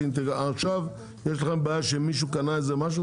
עכשיו יש לכם בעיה שמישהו קנה איזה משהו?